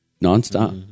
non-stop